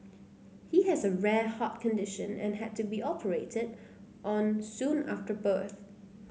he has a rare heart condition and had to be operated on soon after birth